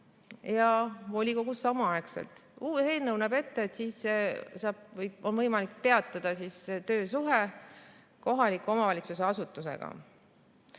ja volikogus samaaegselt. Uus eelnõu näeb ette, et siis on võimalik peatada töösuhe kohaliku omavalitsuse asutusega.